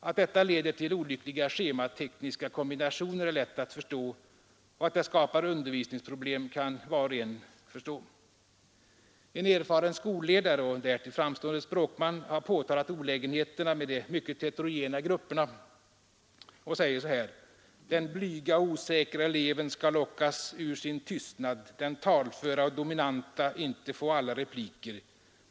Att detta leder till olyckliga schematekniska kombinationer är lätt att förstå, och att det skapar undervisningsproblem kan också var och en förstå. En erfaren skolledare — och därtill framstående språkman — har påtalat olägenheterna med de mycket heterogena grupperna. Han säger: ”Den blyga och osäkra eleven skall lockas ur sin tystnad, den talföra och dominanta inte få alla repliker.